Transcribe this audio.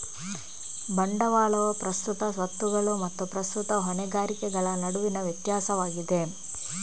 ಬಂಡವಾಳವು ಪ್ರಸ್ತುತ ಸ್ವತ್ತುಗಳು ಮತ್ತು ಪ್ರಸ್ತುತ ಹೊಣೆಗಾರಿಕೆಗಳ ನಡುವಿನ ವ್ಯತ್ಯಾಸವಾಗಿದೆ